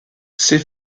ses